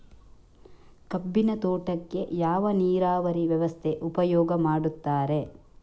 ಕಬ್ಬಿನ ತೋಟಕ್ಕೆ ಯಾವ ನೀರಾವರಿ ವ್ಯವಸ್ಥೆ ಉಪಯೋಗ ಮಾಡುತ್ತಾರೆ?